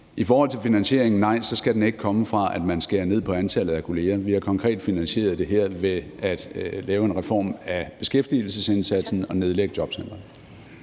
I forhold til finansieringen vil jeg sige: Nej, den skal ikke komme fra, at man skærer ned på antallet af kolleger. Vi har konkret finansieret det her ved at lave en reform af beskæftigelsesindsatsen og nedlægge jobcentrene.